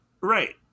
Right